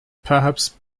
perhaps